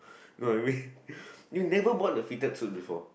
you know what I mean you never bought a fitted suit before